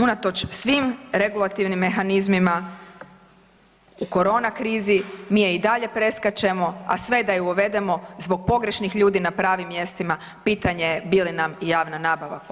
Unatoč svim regulativnim mehanizmima u korona krizi mi je i dalje preskačemo, a sve da je i uvedemo zbog pogrešnim ljudima na pravim mjestima, pitanje je bi li nam javna nabava pomogla.